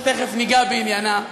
שתכף ניגע בעניינה,